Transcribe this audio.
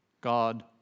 God